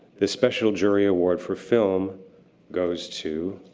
the special jury award for film goes to